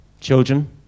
children